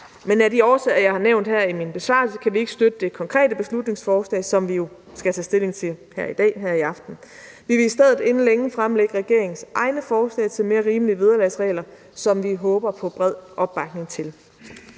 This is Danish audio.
Men af de årsager, jeg har nævnt her i min besvarelse, kan vi ikke støtte det konkrete beslutningsforslag, som vi jo skal tage stilling til her i aften. Vi vil i stedet inden længe fremlægge regeringens egne forslag til mere rimelige vederlagsregler, som vi håber på bred opbakning til.